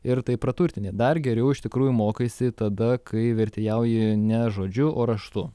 ir taip praturtini dar geriau iš tikrųjų mokaisi tada kai vertėjauji ne žodžiu o raštu